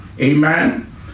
amen